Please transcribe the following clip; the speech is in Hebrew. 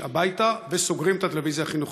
הביתה וסוגרים את הטלוויזיה החינוכית.